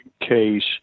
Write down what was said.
case